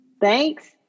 Thanks